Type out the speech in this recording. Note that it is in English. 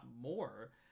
more